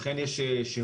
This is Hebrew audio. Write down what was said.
לכן יש שהות.